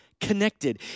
Connected